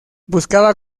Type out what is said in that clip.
buscaba